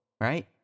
right